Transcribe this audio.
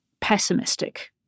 pessimistic